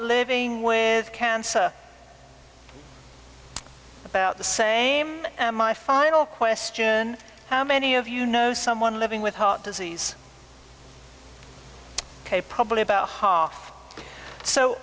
living with cancer about the same my final question how many of you know someone living with heart disease ok probably about half so